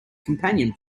companion